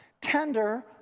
tender